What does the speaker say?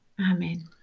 Amen